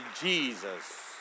Jesus